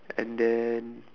and then